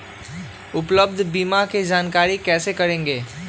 उपलब्ध बीमा के जानकारी कैसे करेगे?